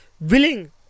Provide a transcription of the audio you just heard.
willing